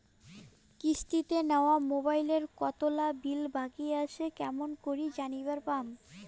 কিস্তিতে নেওয়া মোবাইলের কতোলা বিল বাকি আসে কেমন করি জানিবার পামু?